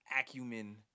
acumen